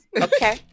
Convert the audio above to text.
Okay